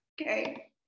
Okay